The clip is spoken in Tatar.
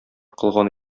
кылган